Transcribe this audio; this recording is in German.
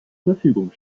verfügung